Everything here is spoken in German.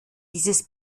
dieses